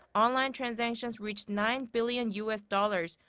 online transactions reached nine billion us dollars.